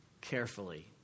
carefully